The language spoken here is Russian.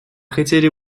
хотели